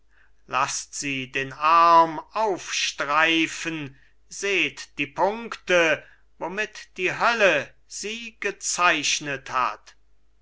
laßt sie den arm aufstreifen seht die punkte womit die hölle sie gezeichnet hat